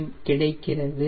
M கிடைக்கிறது